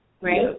right